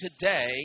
today